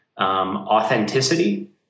authenticity